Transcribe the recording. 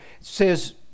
says